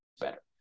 better